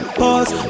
pause